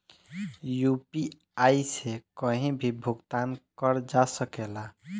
UPI से कहीं भी भुगतान कर जा सकेला?